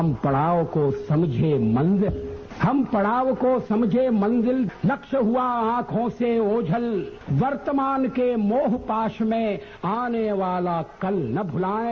हम पड़ाव को समझे मंजिल हम पड़ाव को समझे मंजिल लक्ष्य हुआ आंखों से ओझल वर्तमान के मोहपाश में आने वाला कल न भुलाएं